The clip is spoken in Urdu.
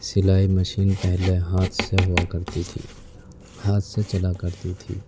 سلائی مشین پہلے ہاتھ سے ہوا کرتی تھی ہاتھ سے چلا کرتی تھی